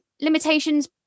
limitations